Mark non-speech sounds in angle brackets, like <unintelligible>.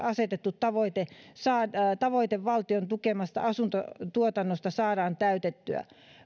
<unintelligible> asetettu tavoite valtion tukemasta asuntotuotannosta saadaan täytettyä